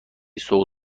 سوق